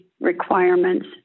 requirements